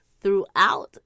throughout